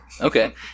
Okay